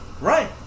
Right